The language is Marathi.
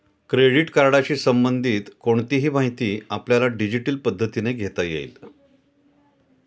क्रेडिट कार्डशी संबंधित कोणतीही माहिती आपल्याला डिजिटल पद्धतीने घेता येईल